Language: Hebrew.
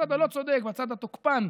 הצד הלא-צודק, הצד התוקפן,